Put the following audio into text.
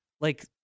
Like-